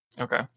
okay